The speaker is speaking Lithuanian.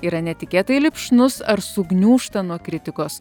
yra netikėtai lipšnus ar sugniūžta nuo kritikos